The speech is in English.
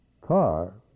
car